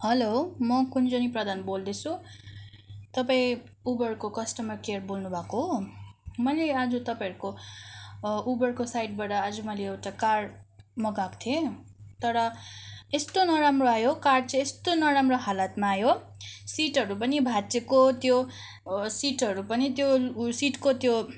hello म कुन्जनी प्रधान बोल्दैछु तपाईँ उबरको कस्टमर केयर बोल्नुभएको हो मैले आज तपाईँहरूको उबरको साइटबाट आज मैले एउटा कार मगएको थिएँ तर यस्तो नराम्रो आयो कार चाहिँ यस्तो नराम्रो हालतमा आयो सिटहरू पनि भाँचिएको त्यो सिटहरू पनि त्यो सिटको त्यो